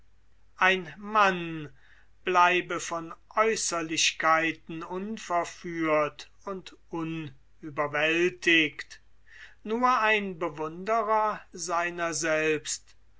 ein mann bleibe von aeußerlichkeiten unverführt und unüberwältigt nur ein bewunderer seiner selbst